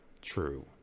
true